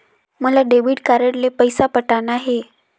मोला debit card ले पइसा पटाना हे?